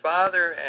Father